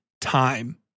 time